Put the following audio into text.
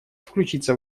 включиться